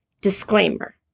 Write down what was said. Disclaimer